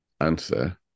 answer